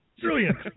Brilliant